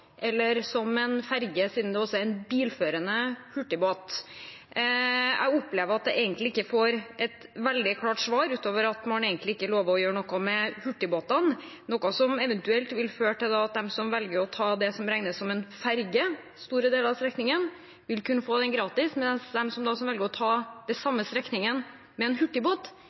eller som en ferge siden det også er en bilførende hurtigbåt. Jeg opplever at jeg egentlig ikke får et veldig klart svar ut over at man egentlig ikke lover å gjøre noe med hurtigbåtene, noe som eventuelt vil føre til at de som velger å ta det som regnes som en ferge store deler av strekningen, vil kunne få den gratis, mens de som velger å ta den samme strekningen med en hurtigbåt,